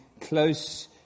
close